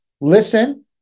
listen